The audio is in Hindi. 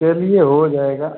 चलिए हो जाएगा